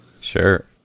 sure